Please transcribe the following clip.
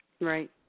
Right